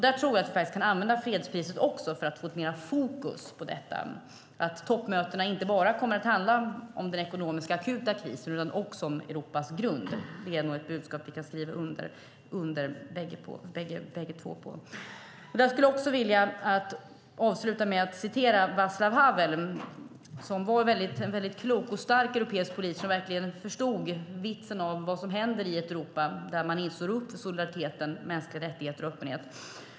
Jag tror att vi faktiskt kan använda fredspriset för att få mer fokus på detta, så att toppmötena inte bara kommer att handla om den ekonomiska akuta krisen utan också om Europas grund. Det är nog ett budskap som vi båda två kan skriva under på. Jag skulle vilja avsluta med att citera Václav Havel som var en väldigt klok och stark europeisk politiker som verkligen förstod vad som händer i ett Europa där man inte står upp för solidariteten, mänskliga rättigheter och öppenhet.